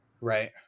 right